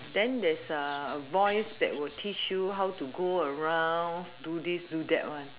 then there's a voice that will teach you how to go around do this do that one